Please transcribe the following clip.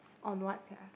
on what sia